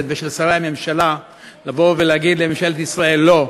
ושל שרי הממשלה לבוא ולומר לממשלת ישראל: לא.